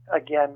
again